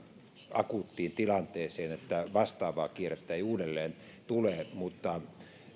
akuuttiin tilanteeseen ja että vastaavaa kierrettä ei uudelleen tule mutta